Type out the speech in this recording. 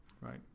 Right